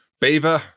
Beaver